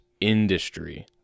industry